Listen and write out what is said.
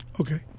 Okay